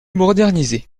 modernisé